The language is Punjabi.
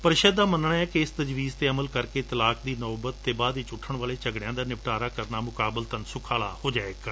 ਪ੍ਰੀਸ਼ਦ ਦਾ ਮਨਣਾ ਏ ਕੈਂ ਇਸ ਤਜਵੀਜ਼ ਤੇ ਅਮਲ ਕਰਕੇ ਤਲਾਕ ਦੀ ਨੌਬਤ ਅਤੇ ਬਾਅਦ ਵਿਚ ਉਠਣ ਵਾਲੇ ਝਗੜਿਆਂ ਦਾ ਨਿਬਟਾਰਾ ਕਰਨਾ ਮੁਕਾਬਲਤਨ ਸੁਖਾਲਾ ਹੋ ਜਾਵੇਗਾ